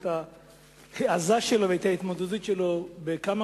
את ההעזה שלו ואת ההתמודדות שלו עם כמה